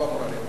לא אמורה להיות.